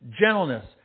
gentleness